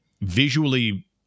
visually